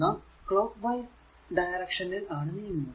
നാം clockwise ഡയറക്ഷനിൽ ആണ് നീങ്ങുന്നത്